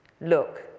Look